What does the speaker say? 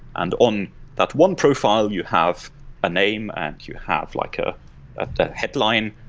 and on that one profile, you have a name and you have like ah the headline,